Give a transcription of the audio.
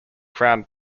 crown